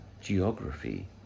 geography